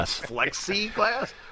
Flexi-glass